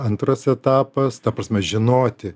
antras etapas ta prasme žinoti